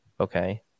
okay